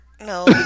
No